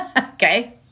Okay